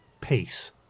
Peace